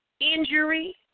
injury